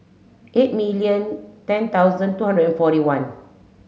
eight million ten thousand two hundred and forty one